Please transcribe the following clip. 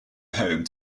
home